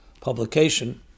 publication